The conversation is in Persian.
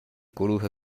گروه